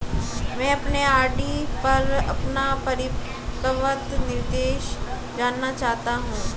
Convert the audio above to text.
मैं अपने आर.डी पर अपना परिपक्वता निर्देश जानना चाहता हूं